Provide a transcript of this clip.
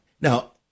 Now